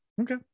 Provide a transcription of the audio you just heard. Okay